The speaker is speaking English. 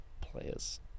players